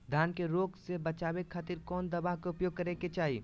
धान के रोग से बचावे खातिर कौन दवा के उपयोग करें कि चाहे?